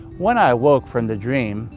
when i awoke from the dream,